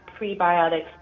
prebiotics